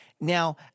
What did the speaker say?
now